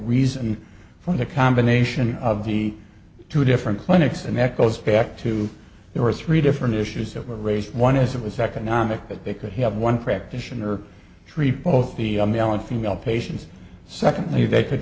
reason for the combination of the two different clinics and that goes back to there were three different issues that were raised one is it was economic that they could have one practitioner tree both the male and female patients secondly they could